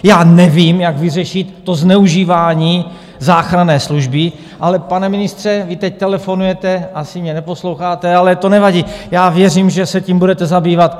Já nevím, jak vyřešit zneužívání záchranné služby, ale pane ministře, vy teď telefonujete, asi mě neposloucháte, ale to nevadí, já věřím, že se tím budete zabývat.